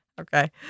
Okay